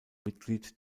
mitglied